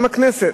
גם הכנסת,